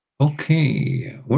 Okay